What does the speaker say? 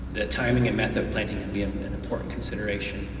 the timing and method of planting can be an important consideration.